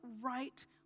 right